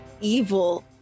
evil